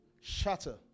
shatter